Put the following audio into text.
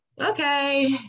okay